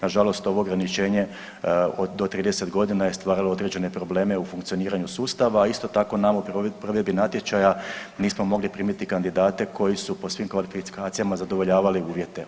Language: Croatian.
Na žalost ovo ograničenje do 30 godina je stvaralo određene probleme u funkcioniranju sustava, a isto tako u provedbi natječaja nismo mogli primiti kandidate koji su po svim kvalifikacijama zadovoljavali uvjete.